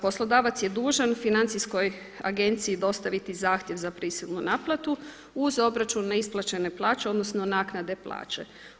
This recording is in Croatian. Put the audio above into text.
Poslodavac je dužan financijskoj agenciji dostaviti zahtjev za prisilnu naplatu uz obračun neisplaćene plaće, odnosno naknade plaće.